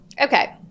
Okay